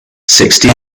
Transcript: sixty